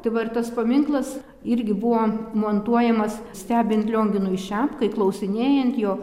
dabar tas paminklas irgi buvo montuojamas stebint lionginui šepkai klausinėjant jo